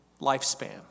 lifespan